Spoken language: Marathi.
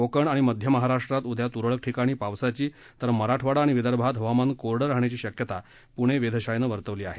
कोकण आणि मध्य महाराष्ट्रात उदया त्रळक ठिकाणी पावसाची तर मराठवाडा आणि विदर्भात हवामान कोरडं राहण्याची शक्यता पुणे वेधशाळेनं वर्तवली आहे